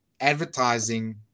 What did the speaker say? advertising